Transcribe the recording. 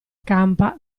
campa